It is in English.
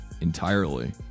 entirely